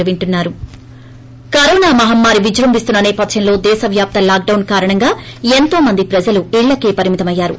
break corona మహమ్మారి విజృంభిస్తున్న నేపథ్యంలో దేశవ్యాప్త లాక్డాన్ కారణంగా ఎంతో మంది ప్రజలు ఇళ్లకే పరిమితమయ్యారు